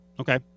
Okay